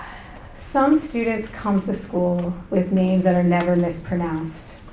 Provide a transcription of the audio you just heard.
some students come to school with names that are never mispronounced,